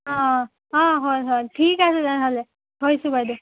অঁ অঁ অঁ হয় হয় ঠিক আছে তেনেহ'লে থৈছোঁ বাইদেউ